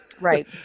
right